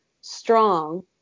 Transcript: strong